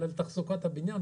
לתחזוקת הבניין,